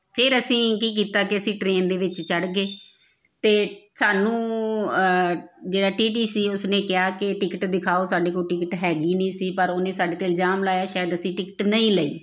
ਫਿਰ ਅਸੀਂ ਕੀ ਕੀਤਾ ਕਿ ਅਸੀਂ ਟਰੇਨ ਦੇ ਵਿੱਚ ਚੜ ਗਏ ਅਤੇ ਸਾਨੂੰ ਜਿਹੜਾ ਟੀ ਟੀ ਸੀ ਉਸਨੇ ਕਿਹਾ ਕਿ ਟਿਕਟ ਦਿਖਾਓ ਸਾਡੇ ਕੋਲ ਟਿਕਟ ਹੈਗੀ ਨਹੀਂ ਸੀ ਪਰ ਉਹਨੇ ਸਾਡੇ 'ਤੇ ਇਲਜ਼ਾਮ ਲਾਇਆ ਸ਼ਾਇਦ ਅਸੀਂ ਟਿਕਟ ਨਹੀਂ ਲਈ